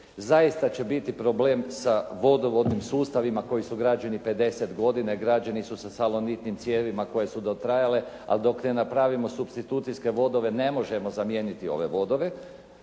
zaista će biti problem sa vodovodnim sustavima koji su građeni 50 godina i građeni su sa salonitnim cijevima koje su dotrajale. Ali dok ne napravimo supstitucijske vodove ne možemo zamijeniti ove vodove.